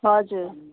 हजुर